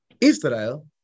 Israel